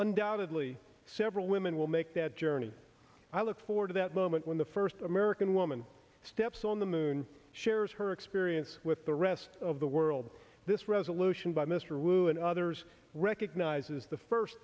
undoubtedly several women will make that journey i look forward to that moment when the first american woman steps on the moon shares her experience with the rest of the world this resolution by mr wu and others recognizes the first